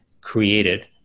created